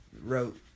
wrote